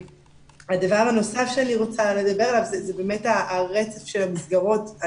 הדבר הנוסף שאני רוצה לדבר עליו זה הרצף של המסגרות.